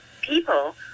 people